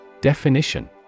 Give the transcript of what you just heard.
Definition